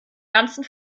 ganzen